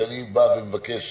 שאני בא ומבקש,